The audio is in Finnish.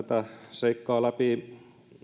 seikkaa läpi